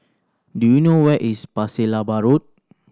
do you know where is Pasir Laba Road